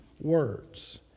words